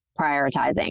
prioritizing